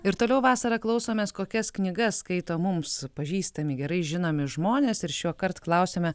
ir toliau vasarą klausomės kokias knygas skaito mums pažįstami gerai žinomi žmonės ir šiuokart klausėme